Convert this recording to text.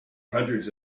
hundreds